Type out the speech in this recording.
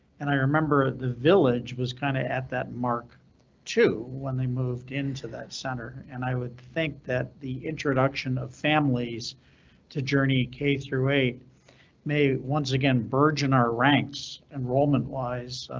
and i remember the village was kind of at that mark two when they moved into that center and i would think that the introduction of families to journey k through eight may once again burgeon our ranks enrollment wise,